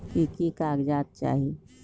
की की कागज़ात चाही?